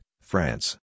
France